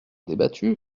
débattu